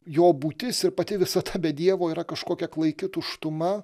jo būtis ir pati visata be dievo yra kažkokia klaiki tuštuma